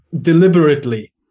deliberately